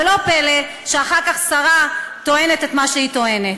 ולא פלא שאחר כך שרה טוענת את מה שהיא טוענת.